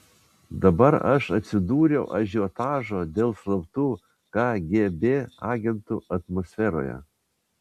dabar aš atsidūriau ažiotažo dėl slaptų kgb agentų atmosferoje